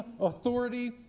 authority